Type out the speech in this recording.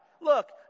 Look